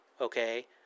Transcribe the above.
okay